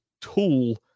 tool